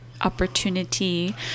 opportunity